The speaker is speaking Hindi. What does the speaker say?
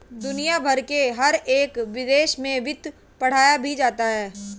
दुनिया भर के हर एक देश में वित्त पढ़ाया भी जाता है